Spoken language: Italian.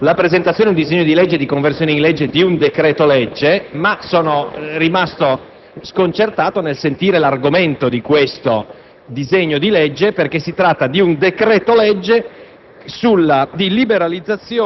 come prescrive il Regolamento, la presentazione di un disegno di legge di conversione in legge di un decreto‑legge. Ebbene, sono rimasto sconcertato nel sentire l'oggetto di tale disegno di legge: si tratta, infatti, di un decreto-legge